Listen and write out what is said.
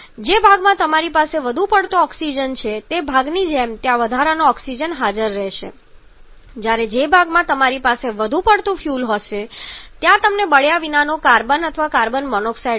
જે ભાગમાં તમારી પાસે વધુ પડતો ઓક્સિજન છે તે ભાગની જેમ ત્યાં વધારાનો ઓક્સિજન રહેશે જ્યારે જે ભાગમાં તમારી પાસે વધુ પડતું ફ્યુઅલ હશે ત્યાં તમને બળ્યા વિનાનો કાર્બન અથવા કાર્બન મોનોક્સાઇડ મળશે